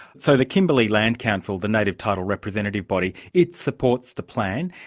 so the kimberley land council, the native title representative body, it supports the plan,